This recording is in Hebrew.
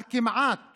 על כמעט